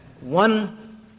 one